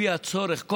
לפי הצורך,